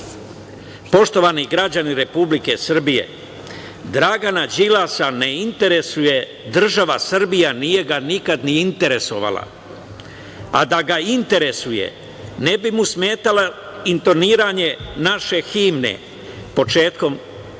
penzija. Poštovani građani Republike Srbije, Dragana Đilasa ne interesuje država Srbija nije ga nikad ni interesovala, a da ga interesuje ne bi mu smetalo intoniranje naše himne početkom